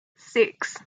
six